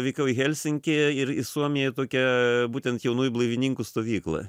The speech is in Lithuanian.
vykau į helsinkį ir į suomiją tokią būtent jaunųjų blaivininkų stovyklą